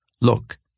Look